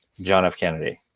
john f. kennedy.